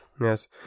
Yes